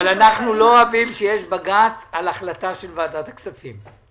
אבל אנחנו לא אוהבים שיש עתירה לבג"ץ על החלטה של ועדת הכספים,